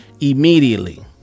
Immediately